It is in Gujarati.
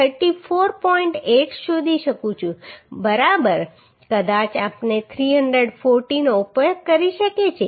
8 શોધી શકું છું બરાબર તેથી કદાચ આપણે 340 નો ઉપયોગ કરી શકે છે